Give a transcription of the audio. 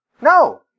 No